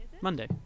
Monday